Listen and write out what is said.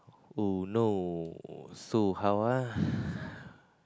oh no so how ah